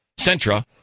Sentra